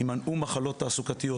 ימנעו מחלות תעסוקתיות,